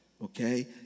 Okay